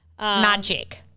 Magic